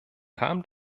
kam